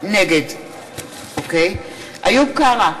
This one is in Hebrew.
נגד איוב קרא,